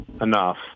enough